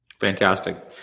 Fantastic